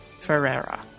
Ferrera